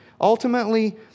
ultimately